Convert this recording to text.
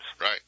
Right